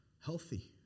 healthy